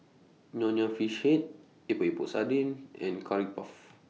Nonya Fish Head Epok Epok Sardin and Curry Puff